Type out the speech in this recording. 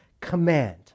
command